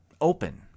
open